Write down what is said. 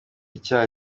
icyaha